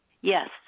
Yes